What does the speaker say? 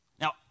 now